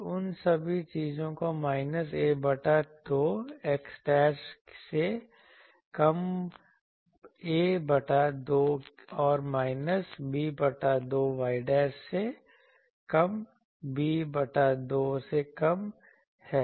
तो उन सभी चीजों को माइनस a बटा 2 x से कम a बटा 2 और माइनस b बटा 2 y से कम b बटा 2 से कम है